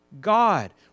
God